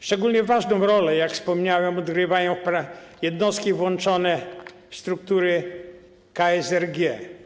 Szczególnie ważną rolę, jak wspomniałem, odgrywają jednostki włączone w struktury KSRG.